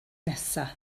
nesaf